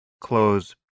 close